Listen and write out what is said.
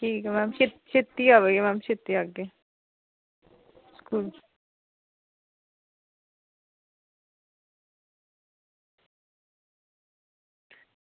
ठीक ऐ मैम छे छेती आह्गे मैम छेती आह्गे